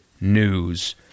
news